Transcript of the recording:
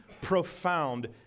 profound